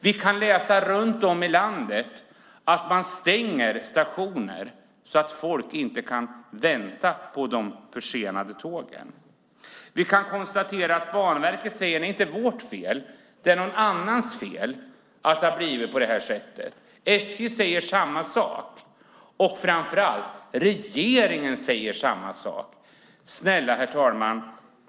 Vi kan läsa att man stänger stationer runt om i landet så att folk inte kan vänta där på de försenade tågen. Vi kan konstatera att Banverket säger att det inte är deras fel. Det är någon annans fel att det har blivit på det här sättet. SJ säger samma sak. Framför allt säger regeringen samma sak. Herr talman!